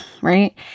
right